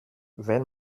wenn